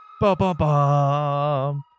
Ba-ba-ba